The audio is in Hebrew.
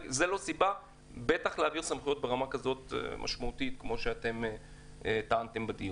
וזו לא סיבה להעביר סמכויות ברמה כזאת משמעותית כמו שאתם טענתם בדיון.